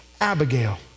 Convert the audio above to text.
Abigail